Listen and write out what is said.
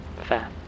Fair